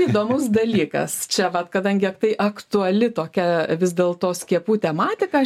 įdomus dalykas čia vat kadangi tai aktuali tokia vis dėlto skiepų tematika